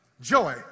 joy